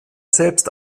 selbst